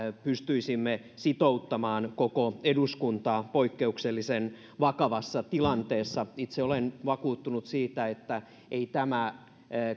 pystyisimme sitouttamaan koko eduskuntaa poikkeuksellisen vakavassa tilanteessa itse olen vakuuttunut siitä että ei tämä